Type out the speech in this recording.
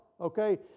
okay